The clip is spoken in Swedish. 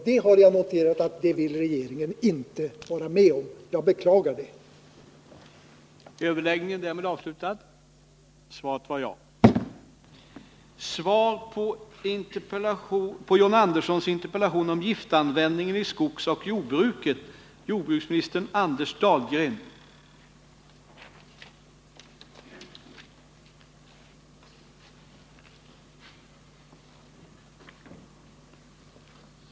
Men jag har noterat att regeringen inte vill vara med om detta, vilket jag beklagar.